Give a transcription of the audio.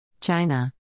China